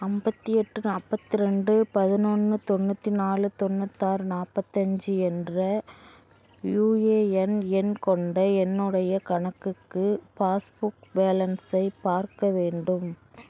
ஐம்பத்தி எட்டு நாற்பத்தி ரெண்டு பதினொன்று தொண்ணூற்றி நாலு தொண்ணூத்தாறு நாற்பத்தி அஞ்சு என்ற யுஏஎன் எண் கொண்ட என்னுடைய கணக்குக்கு பாஸ்புக் பேலன்ஸை பார்க்க வேண்டும்